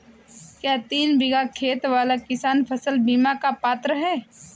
क्या तीन बीघा खेत वाला किसान फसल बीमा का पात्र हैं?